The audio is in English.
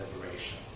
liberation